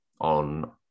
on